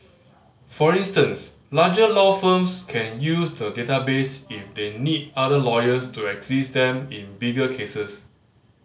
for instance larger law firms can use the database if they need other lawyers to assist them in bigger cases